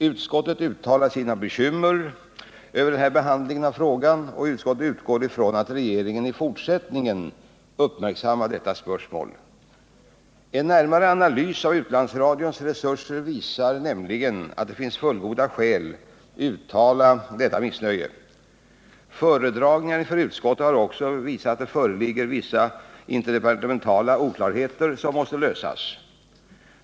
Utskottet uttalar sina bekymmer över denna behandling av frågan, och utskottet utgår från att regeringen i fortsättningen uppmärksammar detta spörsmål. En närmare analys av utlandsradions resurser visar nämligen att det finns fullgoda skäl att uttala detta missnöje. Föredragningar inför utskottet har också visat att det föreligger vissa interdepartementala oklarheter som måste undanröjas.